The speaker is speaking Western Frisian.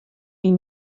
wie